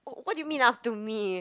oh what do you mean up to me